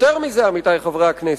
זאת ועוד, עמיתי חברי הכנסת,